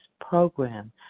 program